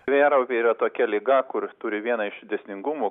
vėjaraupiai yra tokia liga kur turi vieną iš dėsningumų